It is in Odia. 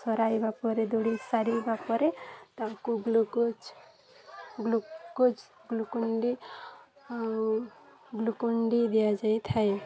ସରାଇବା ପରେ ଦୌଡ଼ି ସାରିବା ପରେ ତାଙ୍କୁ ଗ୍ଲୁକୋଜ୍ ଗ୍ଲୁକୋଜ୍ ଗ୍ଲୁକୋଣ୍ଡି ଆଉ ଗ୍ଲୁକୋଣ୍ଡି ଦିଆଯାଇ ଥାଏ